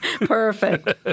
Perfect